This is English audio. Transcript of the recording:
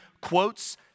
quotes